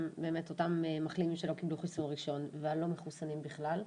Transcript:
באמת אותם מחלימים שלא קיבלו חיסון ראשון והלא מחוסנים בכלל.